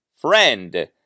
friend